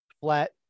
flat